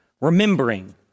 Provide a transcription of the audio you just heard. remembering